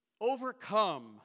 overcome